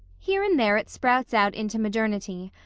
here and there it sprouts out into modernity,